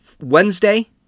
Wednesday